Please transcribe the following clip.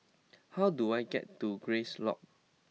how do I get to Grace Lodge